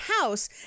house